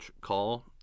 call